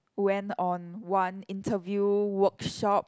went on one interview workshop